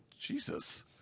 Jesus